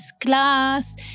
class